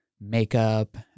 makeup